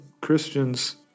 Christian's